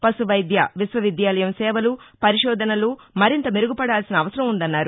పశువైద్య విశ్వవిద్యాలయం సేవలు పరిశోధనలు మరింత మెరుగుపడాల్సిన అవసరం ఉందన్నారు